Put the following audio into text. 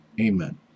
Amen